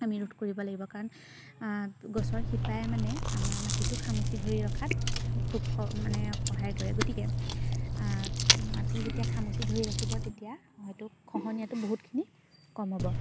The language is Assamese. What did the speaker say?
আমি ৰোধ কৰিব লাগিব কাৰণ গছৰ শিপাই মানে আমাৰ মাটিটো খামুচি ধৰি ৰখাত খুব মানে সহায় কৰে গতিকে মাটি যেতিয়া খামুচি ধৰি ৰাখিব তেতিয়া হয়তো খহনীয়াটো বহুতখিনি কম হ'ব